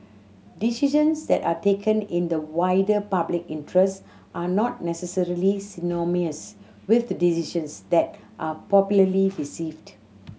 decisions that are taken in the wider public interest are not necessarily synonymous with the decisions that are popularly received